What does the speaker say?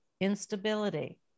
instability